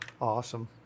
awesome